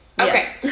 Okay